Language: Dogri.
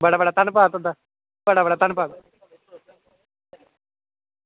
बड़ा बड़ा धन्नबाद तुंदा बड़ा बड़ा धन्नबाद